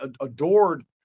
adored